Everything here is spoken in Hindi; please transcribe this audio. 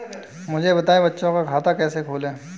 मुझे बताएँ बच्चों का खाता कैसे खोलें?